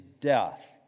death